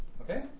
Okay